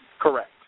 Correct